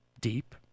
deep